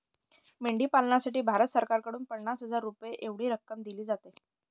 मेंढी पालनासाठी भारत सरकारकडून पन्नास हजार रुपये एवढी रक्कम दिली जाते